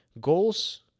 goals